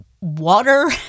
water